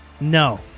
No